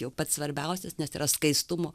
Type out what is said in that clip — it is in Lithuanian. jau pats svarbiausias nes yra skaistumo